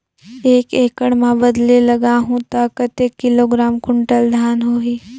एक एकड़ मां बदले लगाहु ता कतेक किलोग्राम कुंटल धान होही?